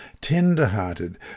tender-hearted